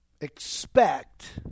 expect